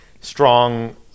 strong